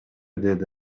деди